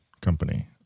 company